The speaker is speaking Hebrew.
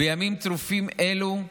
בימים טרופים אלו,